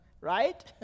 right